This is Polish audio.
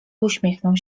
uśmiechnął